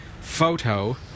photo